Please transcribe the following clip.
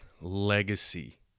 legacy